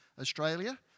Australia